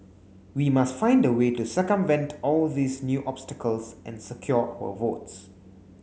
we must find a way to circumvent all these new obstacles and secure our votes